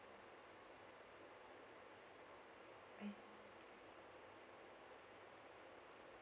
I see